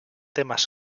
temas